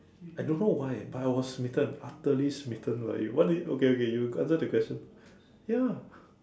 I don't know why but I was smittened utterly smittened by you what do you okay okay you answer the question ya